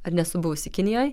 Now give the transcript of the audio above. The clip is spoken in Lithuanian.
ar nesu buvusi kinijoj